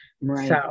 Right